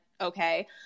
Okay